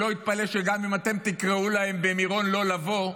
שלא יתפלא שגם אם אתם תקראו להם במירון לא לבוא,